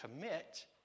commit